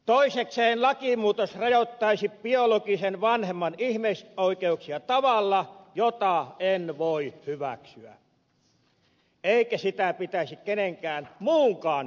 toisekseen lakimuutos rajoittaisi biologisen vanhemman ihmisoikeuksia tavalla jota en voi hyväksyä eikä sitä pitäisi kenenkään muunkaan hyväksyä